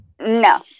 No